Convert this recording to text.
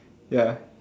ya